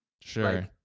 Sure